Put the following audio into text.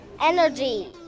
energy